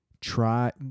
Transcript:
try